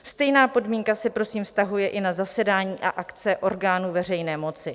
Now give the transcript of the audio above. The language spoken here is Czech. Stejná podmínka se vztahuje i na zasedání a akce orgánů veřejné moci.